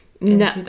no